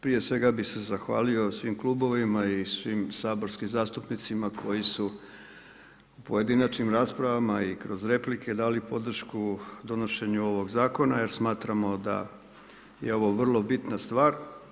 Prije svega bih se zahvalio svim klubovima i svim saborskim zastupnicima koji su pojedinačnim raspravama i kroz replike dali podršku donošenju ovog zakona jer smatramo da je ovo vrlo bitna stvar.